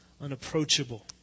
unapproachable